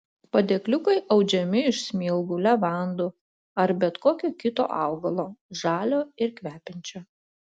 padėkliukai audžiami iš smilgų levandų ar bet kokio kito augalo žalio ir kvepiančio